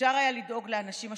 אפשר היה לדאוג לאנשים השקופים,